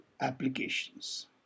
applications